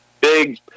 big